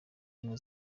ubumwe